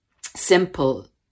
simple